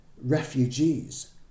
refugees